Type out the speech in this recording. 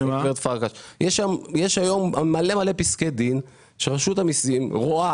יש היום מלא פסקי דין שרשות המיסים רואה